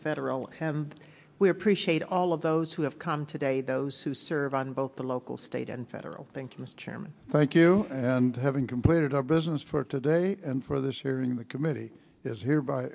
federal and we appreciate all of those who have come today those who serve on both the local state and federal thank you mr chairman thank you and having completed our business for today and for this hearing the committee is hereby